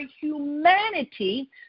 humanity